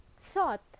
thought